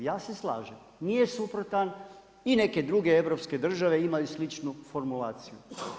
Ja se slažem, nije suprotan i neke druge europske države imaju sličnu formulaciju.